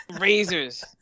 razors